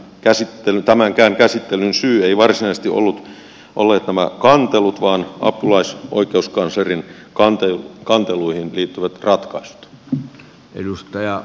tämänkään käsittelyn syy eivät varsinaisesti olleet nämä kantelut vaan apulaisoikeuskanslerin kanteluihin liittyvät ratkaisut